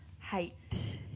hate